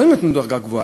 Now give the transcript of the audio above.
לא אם הם נתנו דרגה גבוהה,